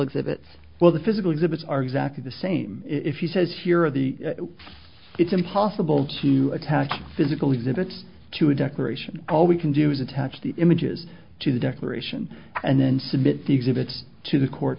exhibit well the physical exhibits are exactly the same if he says here the it's impossible to attach physical exhibits to a declaration all we can do is attach the images to the declaration and then submit the exhibits to the court